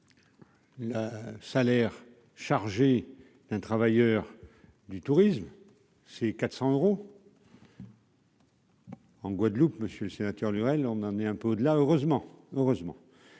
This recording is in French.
Le salaire chargé d'un travailleur du tourisme c'est 400 euros. En Guadeloupe, Monsieur monsieur le Sénateur Lionel, on en est un peu au-delà, heureusement,